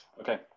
Okay